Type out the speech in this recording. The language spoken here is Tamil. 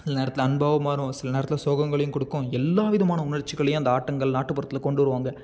சில நேரத்தில் அன்பாகவும் மாறும் சில நேரத்தில் சோகங்களையும் கொடுக்கும் எல்லா விதமான உணர்ச்சிகளையும் அந்த ஆட்டங்கள் நாட்டுப்புறத்தில் கொண்டு வருவாங்க